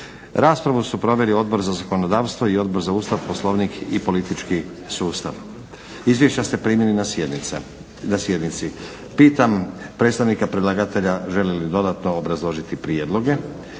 Raspravu su proveli Odbor za zakonodavstvo i Odbor za Ustav, Poslovnik i politički sustav. Izvješća ste primili na sjednici. Pitam predstavnika predlagatelja želi li dodatno obrazložiti prijedloge?